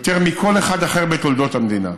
יותר מכל אחד אחר בתולדות המדינה.